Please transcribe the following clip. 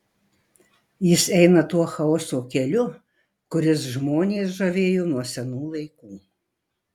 jis eina tuo chaoso keliu kuris žmonės žavėjo nuo senų laikų